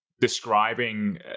describing